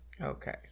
Okay